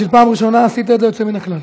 בשביל פעם ראשונה עשית את זה יוצא מן הכלל.